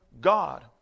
God